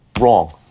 wrong